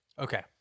Okay